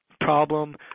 problem